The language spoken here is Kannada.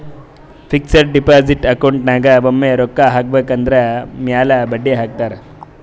ಫಿಕ್ಸಡ್ ಡೆಪೋಸಿಟ್ ಅಕೌಂಟ್ ನಾಗ್ ಒಮ್ಮೆ ರೊಕ್ಕಾ ಹಾಕಬೇಕ್ ಅದುರ್ ಮ್ಯಾಲ ಬಡ್ಡಿ ಹಾಕ್ತಾರ್